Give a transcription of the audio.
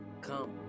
come